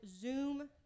Zoom